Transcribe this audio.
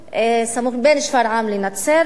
עילוט, בין שפרעם לנצרת.